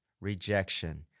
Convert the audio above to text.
rejection